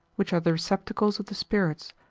which are the receptacles of the spirits,